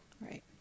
Right